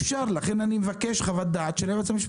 אפשר לכן אני מבקש חוות דעת של היועץ המשפטי.